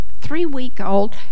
three-week-old